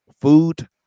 food